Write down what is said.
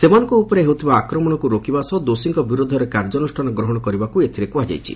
ସେମାନଙ୍କ ଉପରେ ହେଉଥିବା ଆକ୍ରମଣକୁ ରୋକିବା ସହ ଦୋଷୀଙ୍କ ବିରୁଦ୍ଧରେ କାର୍ଯ୍ୟାନୁଷ୍ଠାନ ଗ୍ରହଣ କରିବାକୁ ଏଥିରେ କୁହାଯାଇଛି